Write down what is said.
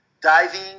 diving